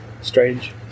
Strange